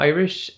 Irish